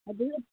अभी